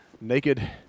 naked